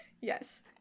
yes